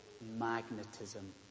magnetism